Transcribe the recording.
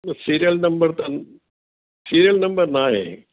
serial number त serial number नाहे